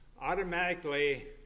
automatically